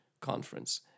conference